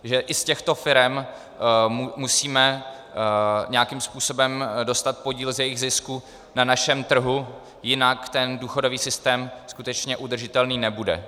Že i z těchto firem musíme nějakým způsobem dostat podíl z jejich zisku na našem trhu, jinak ten důchodový systém skutečně udržitelný nebude.